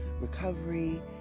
recovery